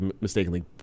mistakenly